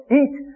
eat